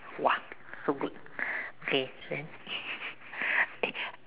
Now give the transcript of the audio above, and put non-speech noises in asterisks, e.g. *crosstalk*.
!wah! so good okay then *laughs*